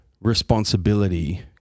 responsibility